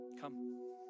Come